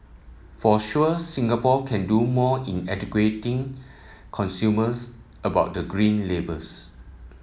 for sure Singapore can do more in educating consumers about the Green Labels